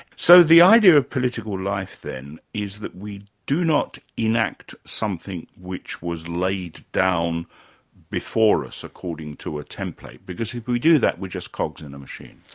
so the idea of political life then is that we do not enact something which was laid down before us according to a template. because if but we do that, we're just cogs in a machine.